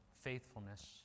faithfulness